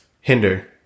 hinder